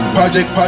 project